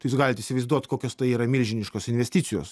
tai jūs galit įsivaizduoti kokios tai yra milžiniškos investicijos